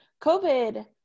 COVID